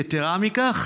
יתרה מכך,